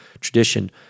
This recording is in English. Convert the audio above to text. tradition